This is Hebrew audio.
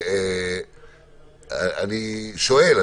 אני שואל,